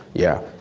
yeah.